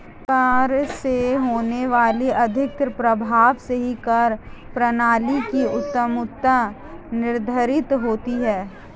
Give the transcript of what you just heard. कर से होने वाले आर्थिक प्रभाव से ही कर प्रणाली की उत्तमत्ता निर्धारित होती है